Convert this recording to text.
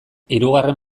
hirugarren